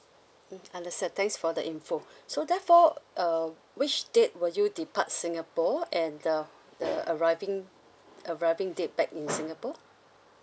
mm understand thanks for the info so therefore uh which date will you depart singapore and the the arriving arriving date back in singapore